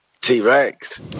T-Rex